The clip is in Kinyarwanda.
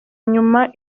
inyuma